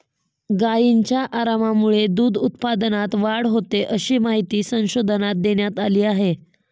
गायींच्या आरामामुळे दूध उत्पादनात वाढ होते, अशी माहिती संशोधनात देण्यात आली आहे